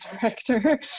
director